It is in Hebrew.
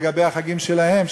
לגבי החגים שלהם,